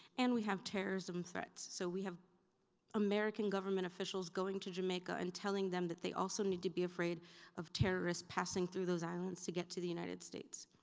and we have terrorism threats. so we have american government officials going to jamaica and telling them that they also need to be afraid of terrorists passing through those islands to get to the united states.